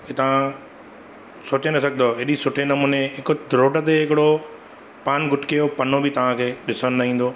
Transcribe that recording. की तव्हां सोचे न सघंदव एॾी सुठे नमूने हिकु रोड ते हिकिड़ो पान गुटके जो पनो बि तव्हांखे ॾिसण न ईंदो